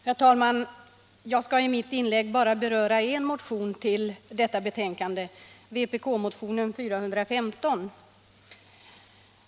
Herr talman! Jag skall i mitt inlägg bara beröra en motion i detta betänkande, vpk-motionen 415.